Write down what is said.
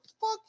Fuck